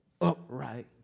upright